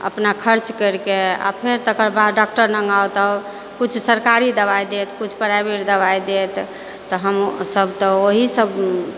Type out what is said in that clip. अपना खर्च करिके आओर फेर तकरा बाद डॉक्टर लग आउ तऽ किछु सरकारी दवाई देत किछु प्राइवेट दवाई देत तऽ हमसब तऽ ओहिसब